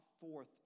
forth